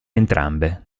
entrambe